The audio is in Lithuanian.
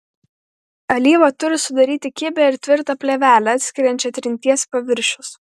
alyva turi sudaryti kibią ir tvirtą plėvelę atskiriančią trinties paviršius